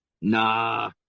nah